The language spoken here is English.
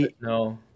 no